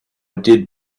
did